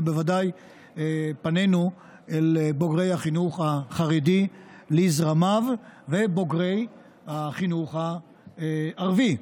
ובוודאי פנינו אל בוגרי החינוך החרדי לזרמיו ובוגרי החינוך הערבי.